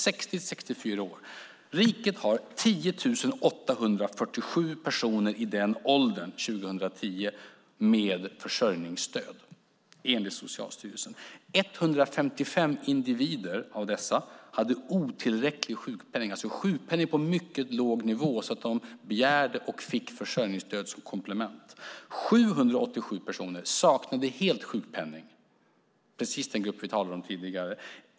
År 2010 hade riket 10 847 personer i åldersgruppen 60-64 år med försörjningsstöd, enligt Socialstyrelsen. Av dessa hade 155 individer otillräcklig sjukpenning, alltså sjukpenning på en mycket låg nivå så att de begärde och fick försörjningsstöd som komplement. 787 personer saknade helt sjukpenning, precis den grupp som vi tidigare talade om.